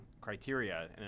criteria